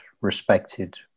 respected